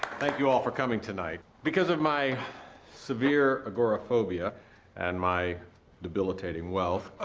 thank you all for coming tonight. because of my severe agoraphobia and my debilitating wealth,